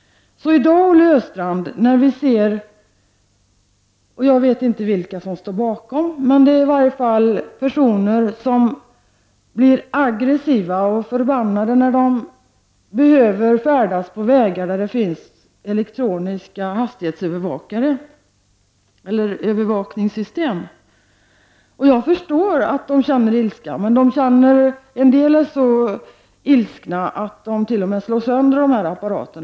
I dag, Olle Östrand, kan vi se hur personer blir aggressiva och förbannade när de färdas på vägar där det finns elektroniska hastighetsövervakningssystem. Jag förstår deras ilska. En del är så ilskna att de t.o.m. slår sönder dessa apparater.